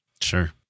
Sure